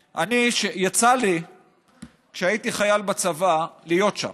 יצא לי כשהייתי חייל בצבא להיות שם,